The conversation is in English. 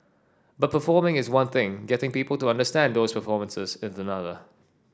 but performing is one thing getting people to understand those performances is another